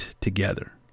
together